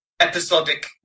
episodic